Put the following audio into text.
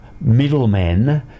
Middlemen